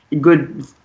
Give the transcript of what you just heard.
good